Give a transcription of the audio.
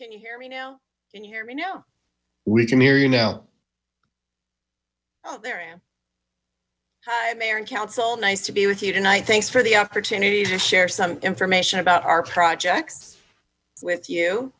can you hear me now can you hear me now we can hear you now hi mayor and council nice to be with you tonight thanks for the opportunity to share some information about our projects with you